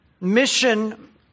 Mission